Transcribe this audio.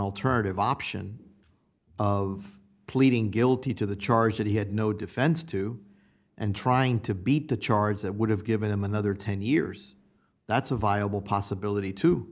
alternative option of pleading guilty to the charge that he had no defense to and trying to beat the charge that would have given him another ten years that's a viable possibility to